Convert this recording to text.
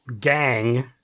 gang